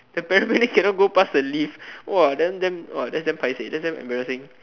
the paramedics cannot go past the lift !wah! then damn !wah! that's damn paiseh that's damn embarrassing